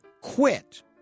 quit